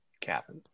cabin